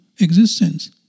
existence